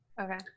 okay